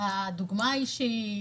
חשוב הדוגמה האישית,